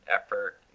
effort